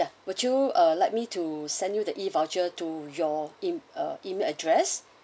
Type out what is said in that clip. ya would you uh like me to send you the E voucher to your in uh email address